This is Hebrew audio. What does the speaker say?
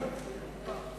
חבר הכנסת פלסנר,